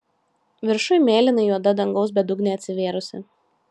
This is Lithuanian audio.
viršuj mėlynai juoda dangaus bedugnė atsivėrusi